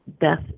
death